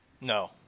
No